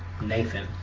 Nathan